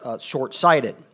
short-sighted